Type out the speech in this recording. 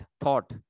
thought